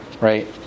right